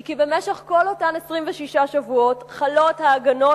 הוא כי במשך כל אותם 26 שבועות חלות ההגנות